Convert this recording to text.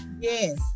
Yes